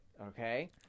Okay